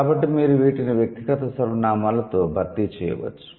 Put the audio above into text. కాబట్టి మీరు వీటిని వ్యక్తిగత సర్వనామాలతో భర్తీ చేయవచ్చు